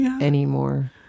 anymore